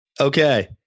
Okay